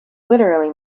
literally